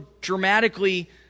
dramatically